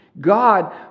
God